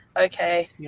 Okay